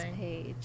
page